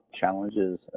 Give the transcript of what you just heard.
challenges